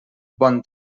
bon